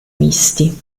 misti